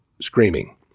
screaming